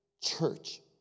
Church